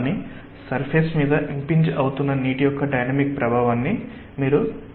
కానీ సర్ఫేస్ మీద ఇంపింజ్ అవుతున్న నీటి యొక్క డైనమిక్ ప్రభావాన్ని మీరు పరిగణిస్తారు